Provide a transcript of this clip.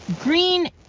green